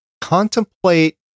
contemplate